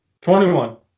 21